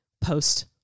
post